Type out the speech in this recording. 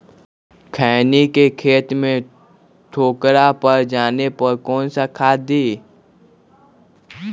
खैनी के खेत में ठोकरा पर जाने पर कौन सा खाद दी?